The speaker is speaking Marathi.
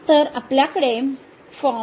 तर आपल्याकडे फॉर्म